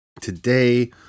today